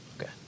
Okay